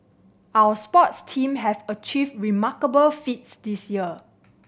our sports team have achieved remarkable feats this year